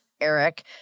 Eric